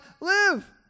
live